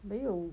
没有